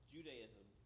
Judaism